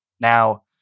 Now